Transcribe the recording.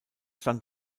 stand